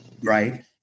right